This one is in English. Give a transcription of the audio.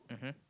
mmhmm